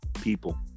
people